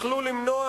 היה אפשר למנוע